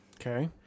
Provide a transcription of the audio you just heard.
Okay